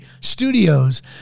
Studios